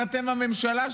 ואתם הממשלה שלי.